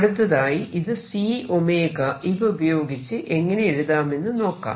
അടുത്തതായി ഇത് C ഇവ ഉപയോഗിച്ച് എങ്ങനെ എഴുതുമെന്ന് നോക്കാം